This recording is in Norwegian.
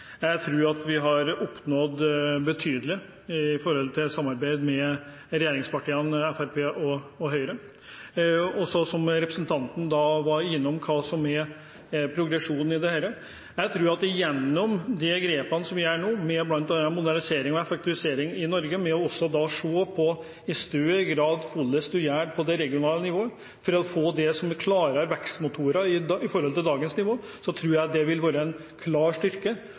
Jeg tror at vi har oppnådd noe betydelig i samarbeidet med regjeringspartiene – Fremskrittspartiet og Høyre. Som representanten var inne på, om hva som er progresjonen her, tror jeg at man gjennom de grepene vi gjør nå, bl.a. med modernisering og effektivisering i Norge, i større grad ser på hva man gjør på det regionale nivået. Å få mer klare vekstmotorer i forhold til dagens nivå tror jeg vil være en klar styrke